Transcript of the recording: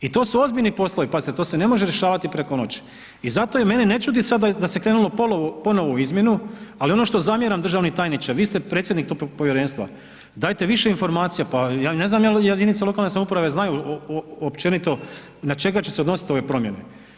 I to su ozbiljni poslovi, pazite, to se ne može rješavati preko noći i zato i mene ne čudi sad da se krenulo ponovo u izmjenu, ali ono što zamjeram, državni tajniče, vi ste predsjednik tog Povjerenstva, dajte više informacija, pa ja ne znam je li jedinice lokalne samouprave znaju općenito na čega će se odnositi ove promjene.